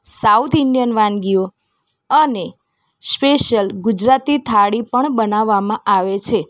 south Indian વાનગીઓ અને special Gujarati thali પણ બનાવવામાં આવે છે